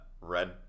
Red